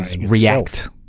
react